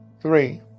three